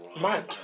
Man